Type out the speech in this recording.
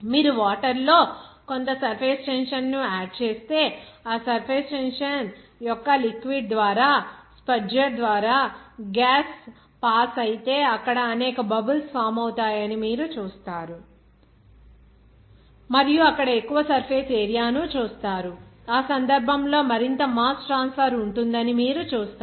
మీరు వాటర్ లో కొంత సర్ఫేస్ టెన్షన్ ను యాడ్ చేస్తే ఆ సర్ఫేస్ టెన్షన్ యొక్క లిక్విడ్ ద్వారా స్పడ్జర్ ద్వారా గ్యాస్ పాస్ ఐతే అక్కడ అనేక బబుల్స్ ఫామ్ అవుతాయని మీరు చూస్తారు మరియు అక్కడ ఎక్కువ సర్ఫేస్ ఏరియా ను చూస్తారు ఆ సందర్భంలో మరింత మాస్ ట్రాన్స్ఫర్ ఉంటుందని మీరు చూస్తారు